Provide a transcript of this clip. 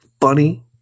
funny